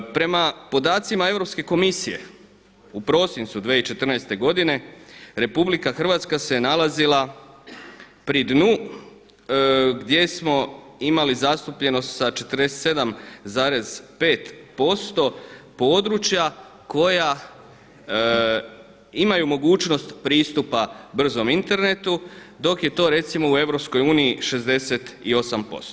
Prema podacima Europske komisije u prosincu 2014. godine Republika Hrvatska se nalazila pri dnu gdje smo imali zastupljenost sa 47,5% područja koja imaju mogućnost pristupa brzom internetu dok je to recimo u EU 68%